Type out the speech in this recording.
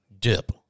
dip